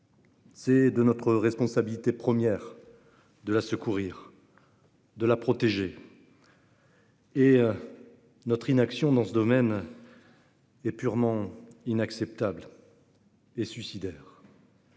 est de notre responsabilité première de la secourir, de la protéger, et notre inaction dans ce domaine est purement inacceptable et suicidaire.